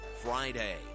Friday